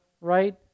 right